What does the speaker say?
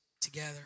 together